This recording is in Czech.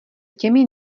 těmi